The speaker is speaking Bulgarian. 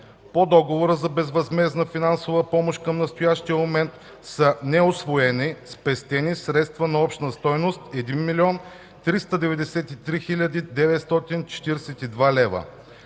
По договора за безвъзмездна финансова помощ към настоящия момент са неусвоени/спестени средства на обща стойност 1 393 942,00 лв.